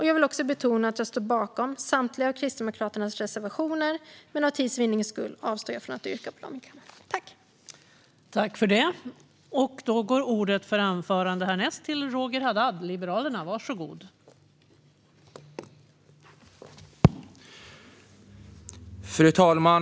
Jag vill också betona att jag står bakom samtliga av Kristdemokraternas reservationer, men för tids vinnande avstår jag från att yrka bifall till dem.